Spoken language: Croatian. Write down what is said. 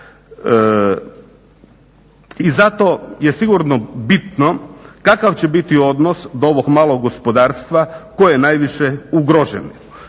I zato je sigurno bitno kakav će biti odnos do ovog malog gospodarstva koje je najviše ugroženo.